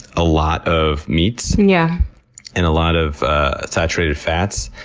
a lot of meats yeah and a lot of ah saturated fats.